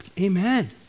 Amen